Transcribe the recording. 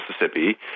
Mississippi